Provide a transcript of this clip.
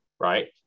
right